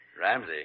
Ramsey